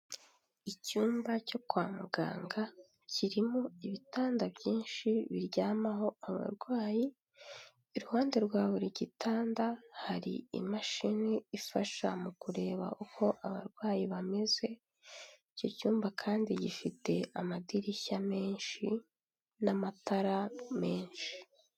Icyumba cyo kwa muganga kirimo ibitanda byinshi biryamaho abarwayi, iruhande rwa buri gitanda hari imashini ifasha mu kureba uko abarwayi bameze, icyo cyumba kandi gifite amadirishya menshi n'amatara menshi.